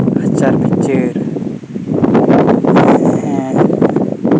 ᱟᱪᱟᱨ ᱵᱤᱪᱟᱹᱨ